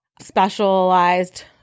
specialized